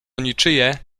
niczyje